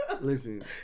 Listen